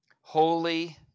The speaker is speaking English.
holy